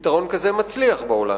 פתרון כזה מצליח בעולם.